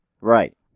Right